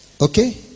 Okay